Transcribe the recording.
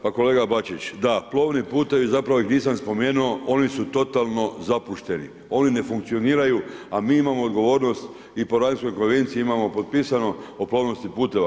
Pa kolega Bačić, da, plovni putevi, zapravo ih nisam spomenuo, oni su totalno zapušteni, oni ne funkcioniraju a mi imamo odgovornost i po Rajnskoj konvenciji imamo potpisano o plovnosti putova.